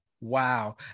wow